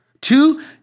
two